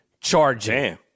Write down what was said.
charging